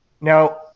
Now